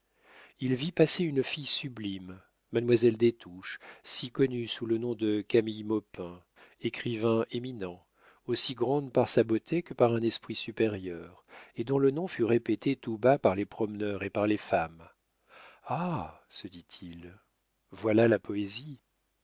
il vit passer une fille sublime mademoiselle des touches si connue sous le nom de camille maupin écrivain éminent aussi grande par sa beauté que par un esprit supérieur et dont le nom fut répété tout bas par les promeneurs et par les femmes ha se dit-il voilà la poésie